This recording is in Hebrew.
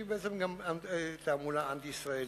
שהיא בעצם גם תעמולה אנטי-ישראלית.